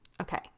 Okay